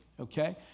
Okay